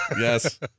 yes